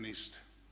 Niste.